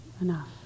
enough